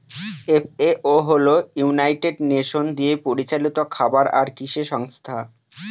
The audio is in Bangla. এফ.এ.ও হল ইউনাইটেড নেশন দিয়ে পরিচালিত খাবার আর কৃষি সংস্থা